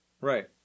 Right